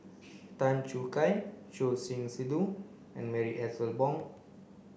Tan Choo Kai Choor Singh Sidhu and Marie Ethel Bong